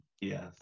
Yes